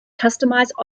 customized